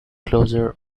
closure